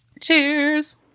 Cheers